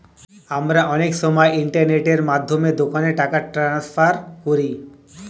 আমরা অনেক সময় ইন্টারনেটের মাধ্যমে দোকানে টাকা ট্রান্সফার করি